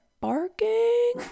barking